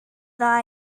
dda